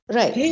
Right